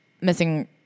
missing